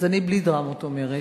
אז אני בלי דרמות אומרת: